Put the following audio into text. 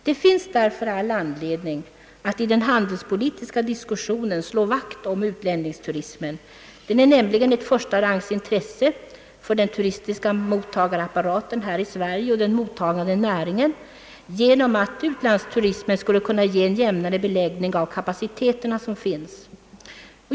Det finns därför all anledning att i den handelspolitiska diskussionen slå vakt om utlänningsturismen. Den är nämligen ett förstarangsintresse för den turistiska mottagarapparaten och den mottagande näringen, genom att turismen från utlandet skulle kunna ge en jämnare beläggning av de kapaciteter som finns.